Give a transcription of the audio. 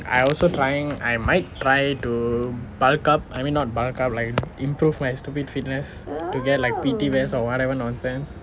I also trying I might try to bulk up I mean not bulk up like improve my stupid fitness to get like P_T vest or whatever nonsense